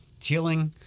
tealing